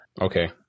Okay